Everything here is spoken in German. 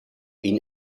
ihn